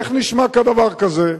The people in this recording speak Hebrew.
איך נשמע כדבר הזה?